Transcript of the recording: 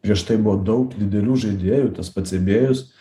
prieš tai buvo daug didelių žaidėjų tas pats ebėjus